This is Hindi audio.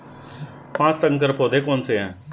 पाँच संकर पौधे कौन से हैं?